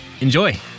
Enjoy